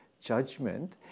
judgment